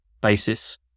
basis